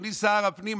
אדוני שר הפנים,